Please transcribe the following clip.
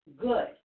good